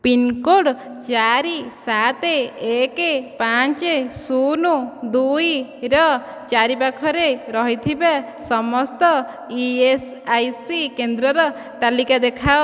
pincode ଚାରି ସାତ ଏକ ପାଞ୍ଚ ଶୂନ ଦୁଇର ଚାରିପାଖରେ ରହିଥିବା ସମସ୍ତ ଇଏସ୍ଆଇସି କେନ୍ଦ୍ରର ତାଲିକା ଦେଖାଅ